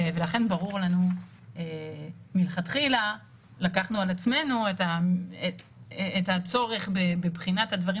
ולכן מלכתחילה לקחנו על עצמנו את הצורך בבחינת הדברים